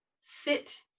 Sit